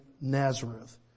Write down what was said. Nazareth